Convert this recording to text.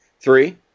Three